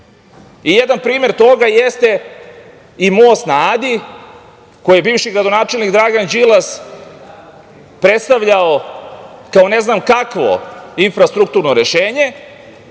režimu. Jedan primer toga jeste i most na Adi, koji je bivši gradonačelnik Dragan Đilas predstavljao kao ne znam kakvo infrastrukturno rešenje,